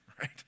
right